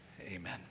amen